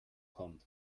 kommt